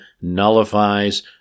nullifies